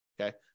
Okay